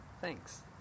Thanks